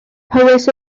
powys